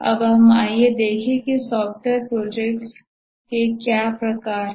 अब आइए देखें कि सॉफ्टवेयर प्रोजेक्ट्स के क्या प्रकार हैं